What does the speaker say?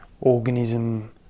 organism